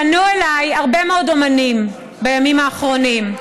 פנו אליי הרבה מאוד אומנים בימים האחרונים.